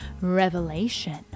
revelation